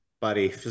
Buddy